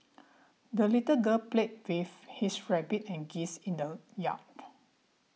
the little girl played with his rabbit and geese in the yard